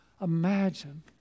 Imagine